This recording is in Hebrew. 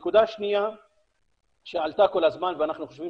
הנקודה השנייה שעלתה כל הזמן ואנחנו חושבים